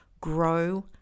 grow